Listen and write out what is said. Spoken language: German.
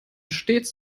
stets